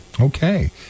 Okay